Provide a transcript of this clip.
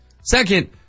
Second